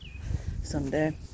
someday